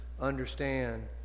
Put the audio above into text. understand